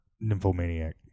nymphomaniac